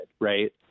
right